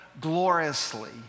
gloriously